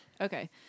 Okay